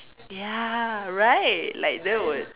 ya right like that would